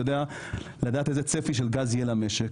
אני יודע לדעת איזה צפי של גז יהיה למשק,